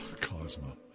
cosmo